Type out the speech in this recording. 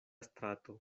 strato